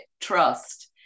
trust